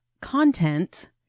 content